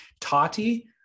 Tati